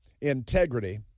integrity